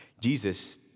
Jesus